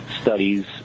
studies